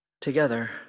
Together